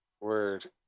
word